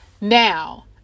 Now